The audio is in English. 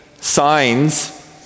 signs